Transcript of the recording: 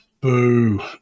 boo